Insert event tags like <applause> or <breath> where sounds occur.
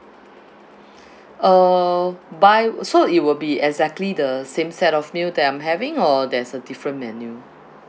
<breath> uh buy so it will be exactly the same set of meal that I'm having or there's a different menu